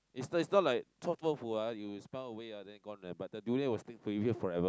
is not is not like 臭豆腐 ah you smell away ah then gone leh but the durian will stick to you forever